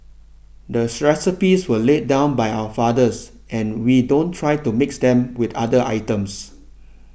the recipes were laid down by our fathers and we don't try to mix them with other items